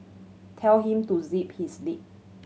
tell him to zip his lip